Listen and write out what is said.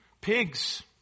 pigs